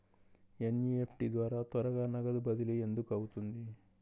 NEFT ద్వారా త్వరగా నగదు బదిలీ ఎందుకు అవుతుంది?